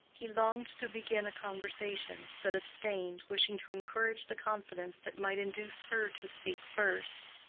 he longed to begin a conversation, but abstained, wishing to encourage the confidence that might induce her to speak first.